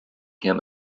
him